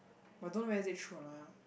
but don't know whether is it true or not lah